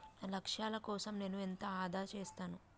నా లక్ష్యాల కోసం నేను ఎంత ఆదా చేస్తాను?